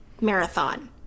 marathon